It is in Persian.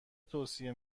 توصیه